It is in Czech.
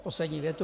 Poslední věta.